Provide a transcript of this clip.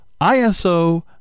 ISO